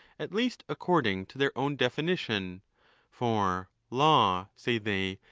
at least according to their own definition for law, say they,